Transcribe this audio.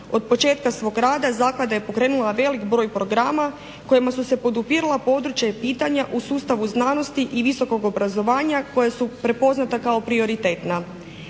od početka svog rada zaklada je pokrenula velik broj programa kojima su se podupirala područja i pitanja u sustavu znanosti i visokog obrazovanja koja su prepoznata kao prioritetna.